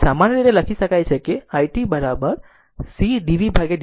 તેથી સામાન્ય રીતે તે લખી શકે છે it c dvtdt